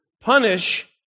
punish